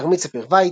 כרמית ספיר ויץ.